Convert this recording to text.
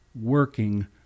working